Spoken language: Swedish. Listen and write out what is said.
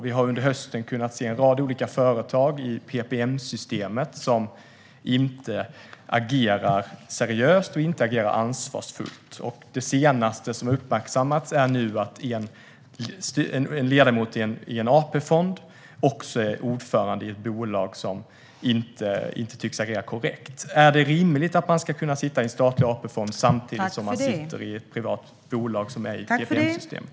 Vi har under hösten kunnat se hur en rad olika företag i PPM-systemet inte agerar seriöst och ansvarsfullt. Det senaste som har uppmärksammats är att en ledamot i en AP-fond också är ordförande i ett bolag som inte tycks agera korrekt. Är det rimligt att man ska kunna sitta i en statlig AP-fond samtidigt som man sitter i ett privat bolag i PPM-systemet?